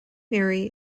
mary